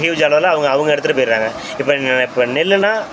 huge அளவில் அவங்க அவங்க எடுத்துகிட்டு போயிடறாங்க இப்போ இப்போ நெல்லுன்னால்